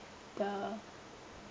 the